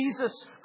Jesus